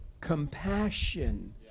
Compassion